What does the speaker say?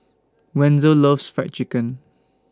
Wenzel loves Fried Chicken